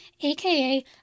aka